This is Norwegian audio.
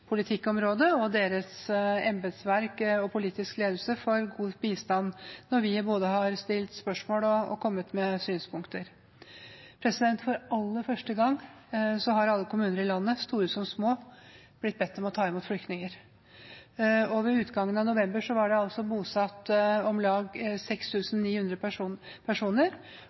politikkområdet, og deres embetsverk og politiske ledelse, for god bistand når vi både har stilt spørsmål og kommet med synspunkter. For aller første gang har alle kommuner i landet – store som små – blitt bedt om å ta imot flyktninger. Ved utgangen av november var det bosatt om lag 6 900 personer,